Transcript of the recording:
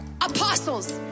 apostles